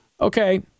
Okay